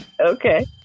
Okay